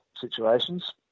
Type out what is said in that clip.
situations